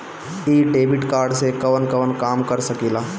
इ debit card से कवन कवन काम कर सकिला?